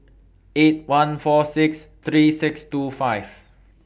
eight one four six three six two five